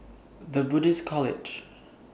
The Buddhist College